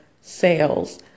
sales